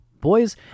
Boys